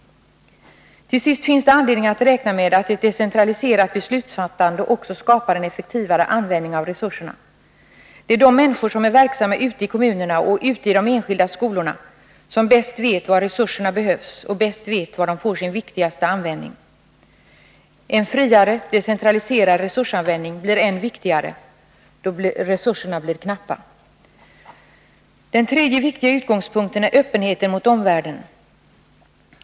Till sist finns det anledning att räkna med att ett decentraliserat beslutsfattande också skapar en effektivare användning av resurserna. Det är de människor som är verksamma ute i kommunerna och de enskilda skolorna som bäst vet var resurserna behövs och var de får sin viktigaste användning. En friare, decentraliserad resursanvändning blir än viktigare, då resurserna blir knappa. Den tredje viktiga utgångspunkten är öppenheten mot omvärlden.